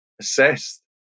assessed